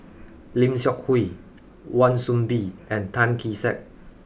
lim Seok Hui Wan Soon Bee and Tan Kee Sek